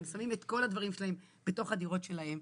הם שמים את כל הדברים שלהם בתוך הדירות שלהם.